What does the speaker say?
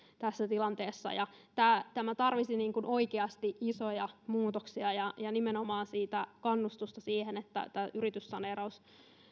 tässä tilanteessa tämä tämä tarvitsisi oikeasti isoja muutoksia ja ja nimenomaan kannustusta siihen että yrityssaneerausta